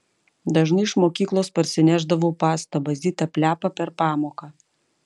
dažnai iš mokyklos parsinešdavau pastabą zita plepa per pamoką